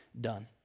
done